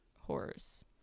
horrors